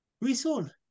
resold